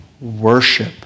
worship